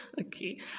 okay